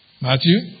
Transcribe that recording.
Matthew